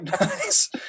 Nice